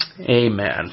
Amen